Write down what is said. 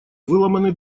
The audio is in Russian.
выломаны